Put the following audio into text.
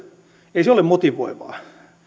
ei se ole motivoivaa